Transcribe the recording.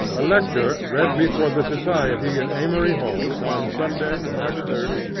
a lecture read before the society in amory hall, on sunday, march three,